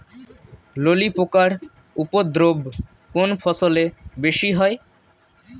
ললি পোকার উপদ্রব কোন ফসলে বেশি হয়?